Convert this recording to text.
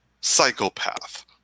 psychopath